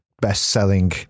best-selling